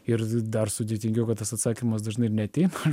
ir dar sudėtingiau kad tas atsakymas dažnai ir neateina